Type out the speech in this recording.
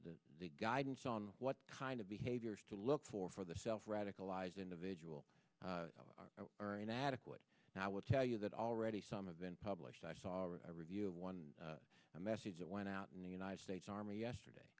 the guidance on what kind of behaviors to look for for the self radicalized individual are inadequate and i will tell you that already some of them published i saw a review of one message that went out in the united states army yesterday